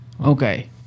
Okay